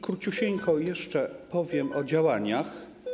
Króciusieńko jeszcze powiem o działaniach.